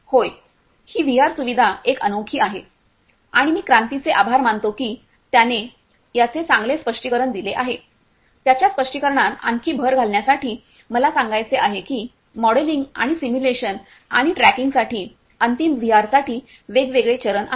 होय ही व्हीआर सुविधा एक अनोखी आहे आणि मी क्रांतीचे आभार मानतो की त्याने याचे चांगले स्पष्टीकरण दिले आहे त्याच्या स्पष्टीकरणात आणखी भर घालण्यासाठी मला सांगायचे आहे की मॉडेलिंग आणि सिम्युलेशन आणि ट्रॅकिंगसाठी अंतिम व्हीआरसाठी वेगवेगळे चरण आहेत